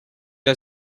are